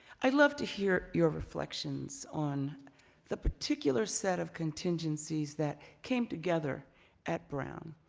i'd love to hear your reflections on the particular set of contingencies that came together at brown.